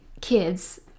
kids